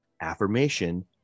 Affirmation